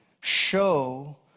Show